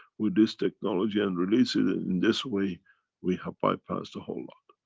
with this technology and releasing it in this way we have bypassed the whole lot.